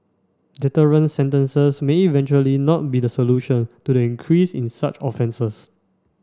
deterrent sentences may eventually not be the solution to the increase in such offences